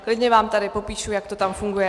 Klidně vám tady popíšu, jak to tam funguje.